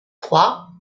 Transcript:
trois